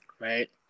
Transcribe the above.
right